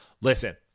listen